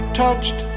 touched